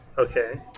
Okay